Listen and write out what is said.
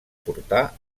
portar